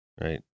right